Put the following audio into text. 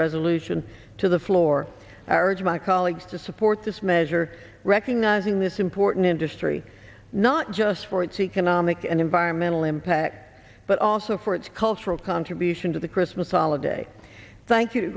resolution to the floor arriage my colleagues to support this measure recognizing this important industry not just for its economic and environmental impact but also for its cultural contribution to the christmas holiday thank